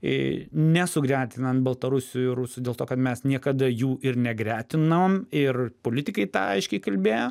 nesugretinant baltarusių ir rusų dėl to kad mes niekada jų ir negretinom ir politikai tą aiškiai kalbėjo